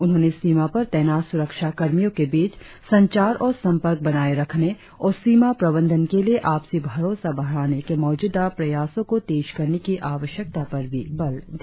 उन्होंने सीमा पर तैनात सुरक्षा कर्मियों के बीच संचार और संपर्क बनाए रखने और सीमा प्रंबंधन के लिए आपसी भरोसा बढ़ाने के मौजूदा प्रयासों को तेज करने की आवश्यकता पर भी बल दिया